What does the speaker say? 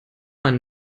man